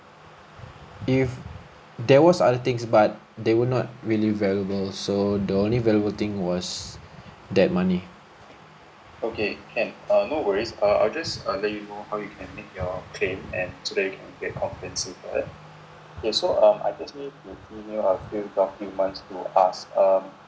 if there was other things but they were not really valuable so the only available thing was that money